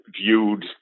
viewed